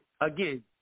Again